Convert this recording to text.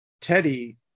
Teddy